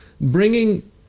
bringing